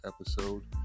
episode